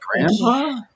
grandpa